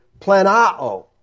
planao